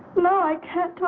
low i can't.